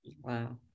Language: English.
wow